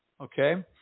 okay